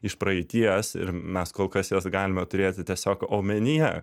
iš praeities ir mes kol kas juos galime turėti tiesiog omenyje